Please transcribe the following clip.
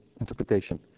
interpretation